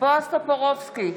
בועז טופורובסקי,